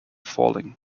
falling